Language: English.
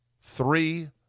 three